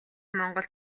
монголд